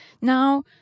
Now